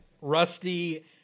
Rusty